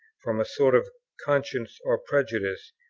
from a sort of conscience or prejudice,